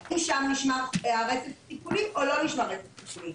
אם נשמר הרצף הטיפולי או לא נשמר רצף טיפולי.